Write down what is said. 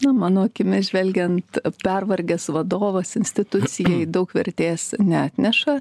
na mano akimis žvelgiant pervargęs vadovas institucijai daug vertės neatneša